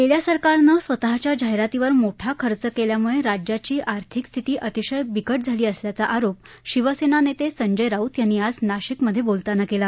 गेल्या सरकारनं स्वतःच्या जाहिरातीवर मोठा खर्च केल्यामुळे राज्याची आर्थिक स्थिती अतिशय बिकट झाली असल्याचा आरोप शिवसेना नेते संजय यांनी आज नाशिकमधे बोलताना केला